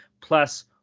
plus